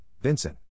Vincent